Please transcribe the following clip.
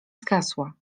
zgasła